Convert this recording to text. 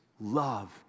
love